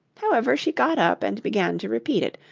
however, she got up, and began to repeat it,